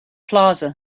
plaza